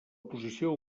posició